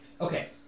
Okay